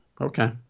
Okay